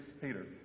Peter